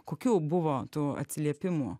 kokių buvo tų atsiliepimų